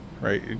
right